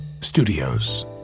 Studios